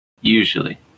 Usually